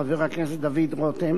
חבר הכנסת דוד רותם